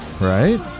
Right